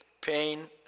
pain